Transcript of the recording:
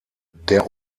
der